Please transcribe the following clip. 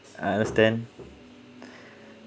I understand